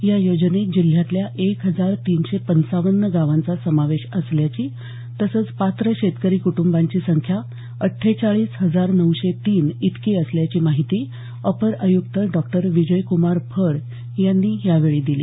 या योजनेत जिल्ह्यातल्या एक हजार तीनशे पंचावन्न गावांचा समावेश असल्याची तसंच पात्र शेतकरी कुटुंबांची संख्या अट्ठेचाळीस हजार नऊशे तीन इतकी असल्याची माहिती अपर आयुक्त डॉक्टर विजयुक्मार फड यांनी यावेळी दिली